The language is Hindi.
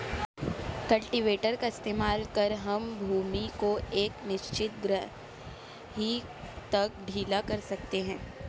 कल्टीवेटर का इस्तेमाल कर हम भूमि को एक निश्चित गहराई तक ढीला कर सकते हैं